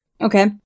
Okay